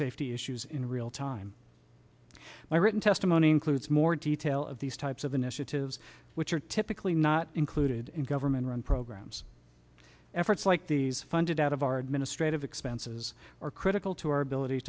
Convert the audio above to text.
safety issues in real time my written testimony includes more detail of these types of initiatives which are typically not included in government run programs efforts like these funded out of our administrative expenses are critical to our ability